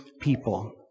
people